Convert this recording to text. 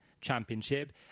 championship